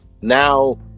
now